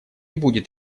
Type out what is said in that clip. будет